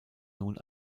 nun